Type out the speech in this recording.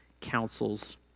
councils